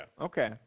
Okay